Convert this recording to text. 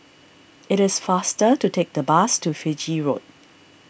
it is faster to take the bus to Fiji Road